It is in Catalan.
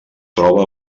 troba